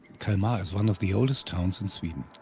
kalmar is one of the oldest towns in sweden.